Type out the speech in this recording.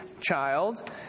child